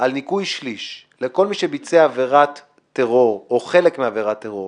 על ניכוי שליש לכל מי שביצע עבירת טרור או חלק מעבירת טרור,